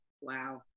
Wow